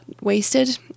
wasted